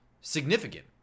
significant